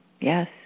yes